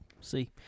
see